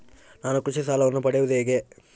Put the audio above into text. ನಾನು ಕೃಷಿ ಸಾಲವನ್ನು ಪಡೆಯೋದು ಹೇಗೆ?